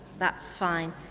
that's fine.